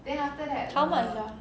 how much ah